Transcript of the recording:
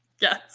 Yes